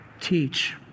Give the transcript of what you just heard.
teach